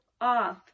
off